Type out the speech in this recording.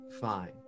Fine